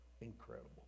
incredible